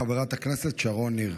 חברת הכנסת שרון ניר.